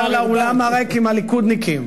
אני אומר לאולם הריק עם הליכודניקים.